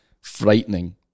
Frightening